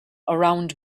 around